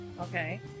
okay